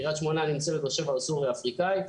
קריית שמונה נמצאת בשבר הסורי האפריקאי.